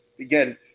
again